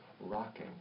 rocking